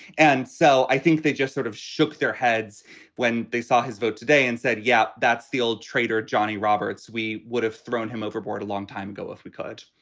and so i think they just sort of shook their heads when they saw his vote today and said, yep, that's the old traitor, johnny roberts. we would have thrown him overboard a long time ago if we could